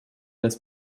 das